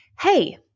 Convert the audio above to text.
Hey